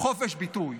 חופש ביטוי,